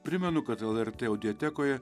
primenu kad lrt audiotekoje